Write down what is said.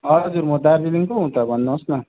हजुर म त दार्जिलिङकै हुँ त भन्नु होस् न